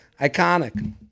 Iconic